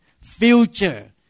future